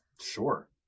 sure